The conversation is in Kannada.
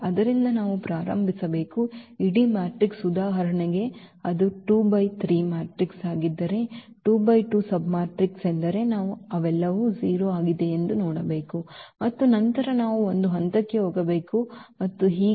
ಆದ್ದರಿಂದ ನಾವು ಪ್ರಾರಂಭಿಸಬೇಕು ಇಡೀ ಮ್ಯಾಟ್ರಿಕ್ಸ್ ಉದಾಹರಣೆಗೆ ಅದು 2 by 3 ಮ್ಯಾಟ್ರಿಕ್ಸ್ ಆಗಿದ್ದರೆ 2 by 2 ಸಬ್ಮ್ಯಾಟ್ರಿಕ್ಸ್ ಎಂದರೆ ನಾವು ಅವೆಲ್ಲವೂ 0 ಆಗಿದೆಯೇ ಎಂದು ನೋಡಬೇಕು ಮತ್ತು ನಂತರ ನಾವು ಒಂದು ಹಂತಕ್ಕೆ ಹೋಗಬೇಕು ಮತ್ತು ಹೀಗೆ